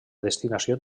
destinació